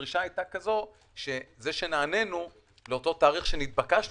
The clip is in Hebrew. הדרישה היתה כזו שזה שנענינו לאותו תאריך שנתבקשנו,